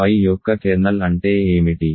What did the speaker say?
ఫై యొక్క కెర్నల్ అంటే ఏమిటి